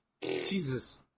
Jesus